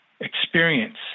experience